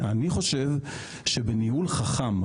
אני חושב שבניהול חכם,